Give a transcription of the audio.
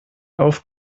auf